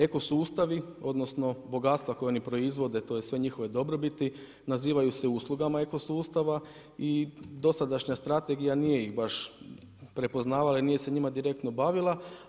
Eko sustavi, odnosno bogatstva koja oni proizvode, to jest sve njihove dobrobiti nazivaju se uslugama eko sustava i dosadašnja strategija nije ih baš prepoznavala i nije se njima direktno bavila.